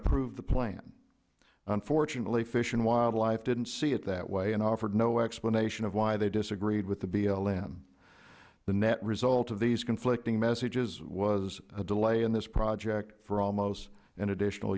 approved the plan unfortunately fish and wildlife didn't see it that way and offered no explanation of why they disagreed with the blm the net result of these conflicting messages was a delay in this project for almost an additional